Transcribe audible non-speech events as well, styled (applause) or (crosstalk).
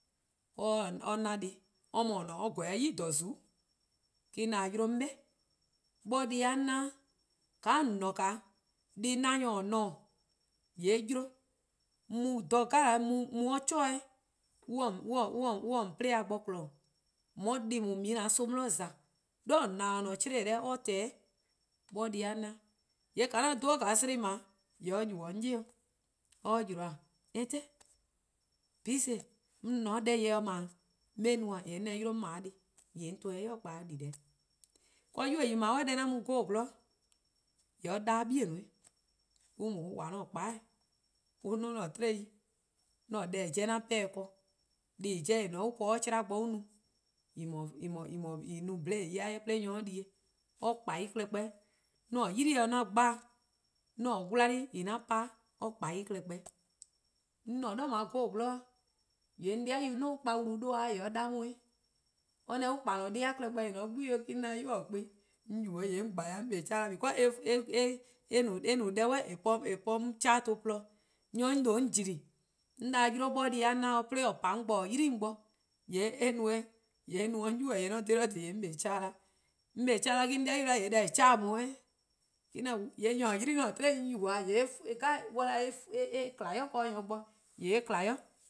(hesitation) or na deh+, or :mor ne-a 'o :gweh 'de :zuku' :klababa', 'de 'on 'da 'yle 'on 'be, 'bor deh+-a ne-' :ka :on :ne-a deh+ 'na-nyor-a :ne-a 'o, :yee 'yle mu dha deh 'jeh (hesitation) mu 'de 'chore (hesitation) on 'ye :on 'pla-a bo :kpon-dih, :on 'ye deh+ :on 'ye-ih :an-a' son 'de :za, 'de :dha :on :na-dih-a :chlee-deh 'de :tehn-dih, 'bor deh-a 'na-'. :yee' :ka 'an 'dhu-or 'slen :dao' :yee' or yubo: 'on yi, :mor or 'yle aunt, big sis, :on se deh :yeh 'da 'ble 'on 'ye no :e, :yee' 'on 'da 'yle 'on 'ble dih, :yee' 'on 'nyi-or 'weh :yee' or kpa-eh or 'di deh. 'Yu yu-a 'jeh :dao' deh 'on mu-a 'goo: :gwlor :yee' or 'da or 'bei' 'weh, on 'wa 'an-a' :kpaa 'weh. on 'duo: 'an tiei', deh-a 'jeh 'sn pehn-an ken, deh-a 'jeh an po-a 'de 'chlan bo 'de an no-a (hesitation) :blee: yor-eh 'de nyor-a 'di-eh or kpa en klehkpeh 'weh. 'An 'ylii: 'an gba-a, 'an 'wla+ 'an pa-' or kpa en klehkpeh 'weh. 'on :ne-a 'de 'goo: :gwlor :yee 'on 'dei' 'yu ;duo: lpa wlu 'duhba' or 'da 'on 'weh, or 'da on kpa :an-a'a: deh+-a klehkpeh :en :ne-a 'de 'gbu 'weh 'o, 'de 'on 'da 'yu :or kpa-a 'on yubo or :yee' on 'kpa 'o keleh 'da 'weh becaues (hesitation) (hesitation) eh no deh eh po-a 'on keleh ton :gwlii', 'ye 'on :due' on :gli-a 'on no-a bor deh+-a na 'o 'de :or pa-a 'o bo :or 'yli-a 'on bo :yee' eh no :yee eh no-dih 'on 'yueh: :yee' :mor 'on :dhe-dih :dheee: :yee' 'on 'kpa 'o keleh 'da 'weh. 'On 'kpa 'o 'keleh-dih 'de 'on 'dei' yu 'da :yee' :eh keleh on :weh, 'de 'da 'o nyor :or 'yli-a 'an-a 'tiei' 'on yubo-or, :yee' (hesitation) dhih 'jeh :mor :on 'da (hesitation) eh :kma 'do nyor bo :yee' eh :kma 'i dhih 'jeh.,